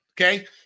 Okay